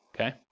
Okay